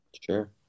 Sure